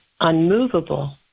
unmovable